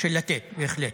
של לתת, בהחלט,